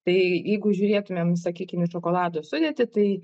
tai jeigu žiūrėtumėm sakykim į šokolado sudėtį tai